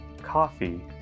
coffee